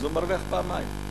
אז הוא מרוויח פעמיים.